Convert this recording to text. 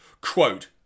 Quote